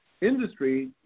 industry